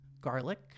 Garlic